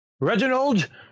Reginald